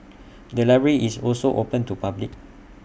the library is also open to public